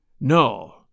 No